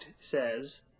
says